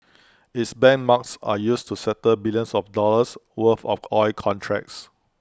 its benchmarks are used to settle billions of dollars worth of oil contracts